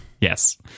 Yes